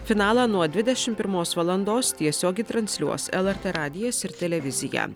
finalą nuo dvidešimt pirmos valandos tiesiogi transliuos lrt radijas ir televizija